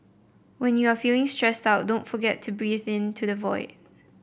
when you are feeling stressed out don't forget to breathe into the void